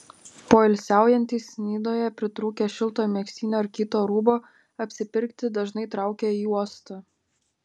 poilsiaujantys nidoje pritrūkę šilto megztinio ar kito rūbo apsipirkti dažnai traukia į uostą